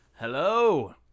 Hello